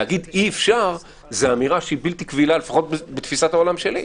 להגיד "אי אפשר" זו אמירה שהיא בלתי קבילה לפחות בתפיסת העולם שלי,